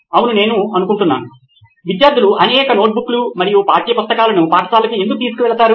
అవును అని నేను అనుకుంటున్నాను విద్యార్థులు అనేక నోట్బుక్లు మరియు పాఠ్యపుస్తకాలను పాఠశాలకు ఎందుకు తీసుకువెళతారు